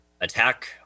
Attack